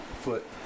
foot